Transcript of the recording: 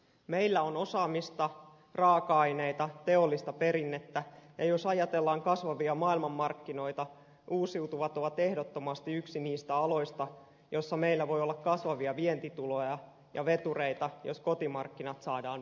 meillä on osaamista raaka aineita teollista perinnettä ja jos ajatellaan kasvavia maailmanmarkkinoita uusiutuvat ovat ehdottomasti yksi niistä aloista joilla meillä voi olla kasvavia vientituloja ja vetureita jos kotimarkkinat saadaan vetämään